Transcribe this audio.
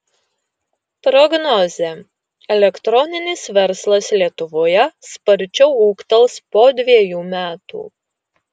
prognozė elektroninis verslas lietuvoje sparčiau ūgtels po dvejų metų